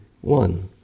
one